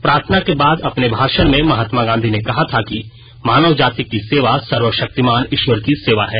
प्रार्थना के बाद अपने भाषण में महात्मा गांधी ने कहा था कि मानव जाति की सेवा सर्वशक्तिमान ईश्वर की सेवा है